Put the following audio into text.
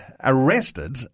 arrested